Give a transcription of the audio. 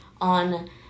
on